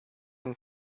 and